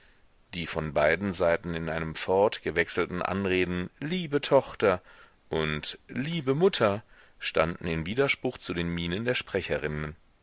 die von beiden seiten in einem fort gewechselten anreden liebe tochter und liebe mutter standen in widerspruch zu den mienen der sprecherinnen